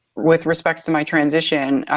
with respects to my transition,